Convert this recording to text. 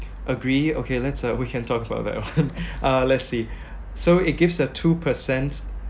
agree okay let's uh we can talk about that one uh let see so it gives a two percent